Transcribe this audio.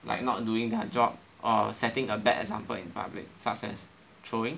like not doing their job or setting a bad example in public such as throwing